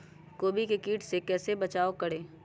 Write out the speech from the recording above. गोभी के किट से गोभी का कैसे बचाव करें?